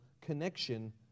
connection